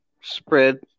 spread